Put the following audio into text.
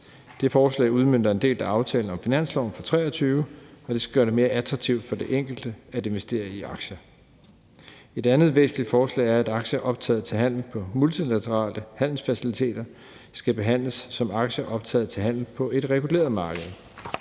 Det forslag udmønter en del af aftalen om finansloven for 2023, og det skal gøre det mere attraktivt for den enkelte at investere i aktier. Et andet væsentligt forslag er, at aktier optaget til handel på multilaterale handelsfaciliteter skal behandles som aktier optaget til handel på et reguleret marked.